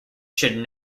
should